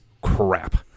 crap